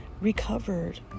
recovered